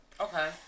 Okay